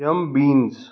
beans